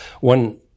one